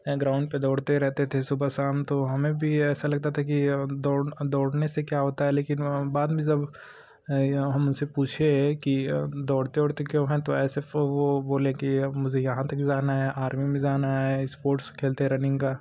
हैं ग्राउंड पर दौड़ते रहते थे सुबह शाम तो हमें भी ऐसा लगता था कि दौड़ दौड़ने से क्या होता है लेकिन बाद में जब है हम उनसे पूछे कि दौड़ते औरते क्यों हैं तो ऐसे वो बोले कि मुझे यहाँ तक जाना है आर्मी जाना है इस्पोर्ट्स खेलते रनिंग का